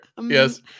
yes